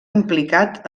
implicat